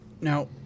Now